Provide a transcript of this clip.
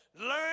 Learn